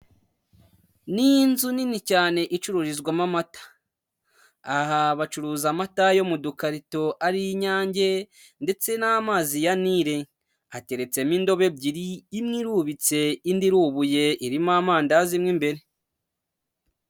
Ni nzu nini cyane icururizwamo amata, aha bacuruza amata yo mu dukarito ariyo Inyange ndetse n'amazi ya Nile, hateretsemo indobo ebyiri imwe irubitse indi irubuye irimo amandazi mo imbere.